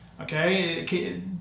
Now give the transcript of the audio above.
Okay